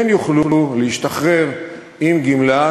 כן יוכלו להשתחרר עם גמלה,